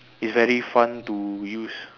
is very fun to use